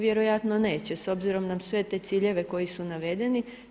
Vjerojatno neće, s obzirom na sve te ciljeve koji su navedeni.